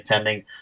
attending